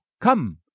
Come